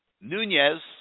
Nunez